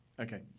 Okay